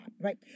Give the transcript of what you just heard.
right